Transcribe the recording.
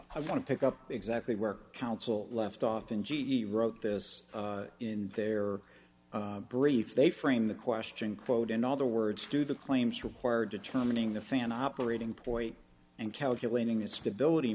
i want to pick up exactly where counsel left off in g e wrote this in their brief they framed the question quote in other words do the claims require determining the fan operating point and calculating as stability